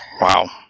wow